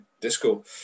disco